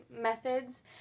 methods